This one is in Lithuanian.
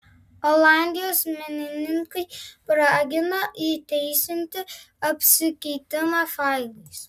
olandijos menininkai ragina įteisinti apsikeitimą failais